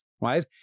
right